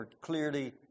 clearly